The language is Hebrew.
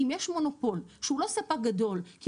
אם יש מונופול שהוא לא ספק גדול כי